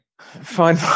Fine